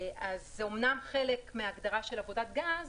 אז אמנם זה חלק מהגדרה של עבודת גז,